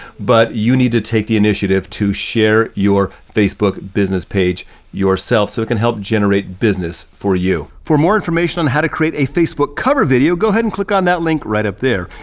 but you need to take the initiative to share your facebook business page yourself so it can help generate business for you. for more information on how to create a facebook cover video, go ahead and click on that link right up there.